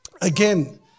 Again